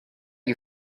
you